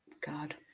God